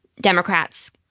Democrats